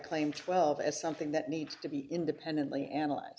claim twelve as something that needs to be independently analyze